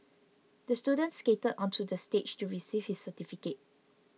the student skated onto the stage to receive his certificate